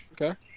Okay